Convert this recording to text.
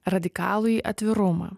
radikalųjį atvirumą